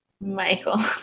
Michael